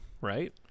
Right